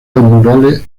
murales